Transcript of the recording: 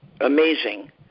amazing